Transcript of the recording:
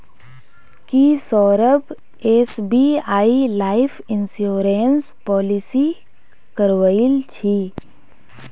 की Saurabh SBI Life insurance policy करवइल छि